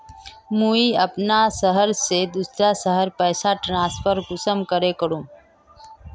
मुई अपना शहर से दूसरा शहर पैसा ट्रांसफर कुंसम करे करूम?